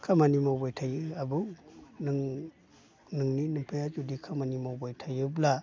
खामानि मावबाय थायो आबौ नों नोंनि नोमफाया बिदि खामानि मावबाय थायोब्ला